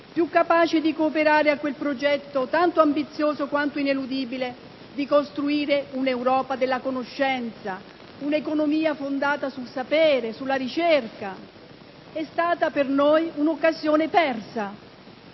più capace di cooperare a quel progetto tanto ambizioso quanto ineludibile di costruire un'Europa della conoscenza, un'economia fondata sul sapere, sulla ricerca. È stata per noi un'occasione persa;